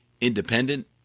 independent